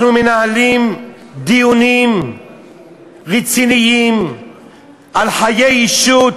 אנחנו מנהלים דיונים רציניים על חיי אישות,